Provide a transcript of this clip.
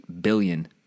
billion